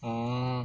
oh